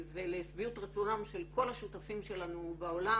ולשביעות רצונם של כל השותפים שלנו בעולם.